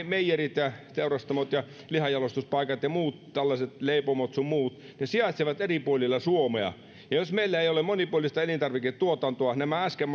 meijerit ja ja teurastamot ja lihanjalostuspaikat ja muut tällaiset leipomot sun muut sijaitsevat eri puolilla suomea ja jos meillä ei ole monipuolista elintarviketuotantoa nämä äsken